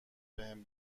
بهم